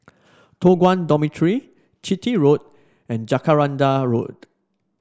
Toh Guan Dormitory Chitty Road and Jacaranda Road